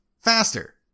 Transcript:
Faster